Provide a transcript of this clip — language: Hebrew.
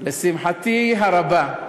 לשמחתי הרבה,